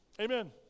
Amen